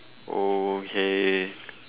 okay